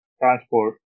transport